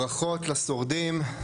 ברכות לשורדים.